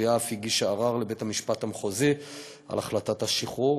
התביעה אף הגישה ערר לבית-המשפט המחוזי על החלטת השחרור,